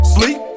Sleep